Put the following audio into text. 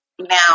Now